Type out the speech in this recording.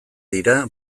dira